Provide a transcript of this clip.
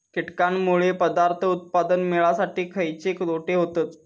कीटकांनमुळे पदार्थ उत्पादन मिळासाठी खयचे तोटे होतत?